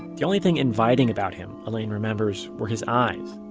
the only thing inviting about him, elaine remembers, were his eyes.